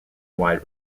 wide